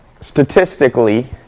statistically